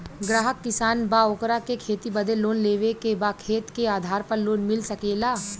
ग्राहक किसान बा ओकरा के खेती बदे लोन लेवे के बा खेत के आधार पर लोन मिल सके ला?